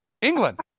England